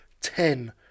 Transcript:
ten